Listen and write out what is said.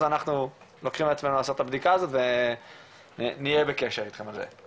אז אנחנו לוקחים על עצמינו לעשות את הבדיקה הזאת ונהיה אתכם בקשר על זה.